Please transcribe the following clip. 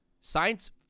Science